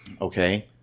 okay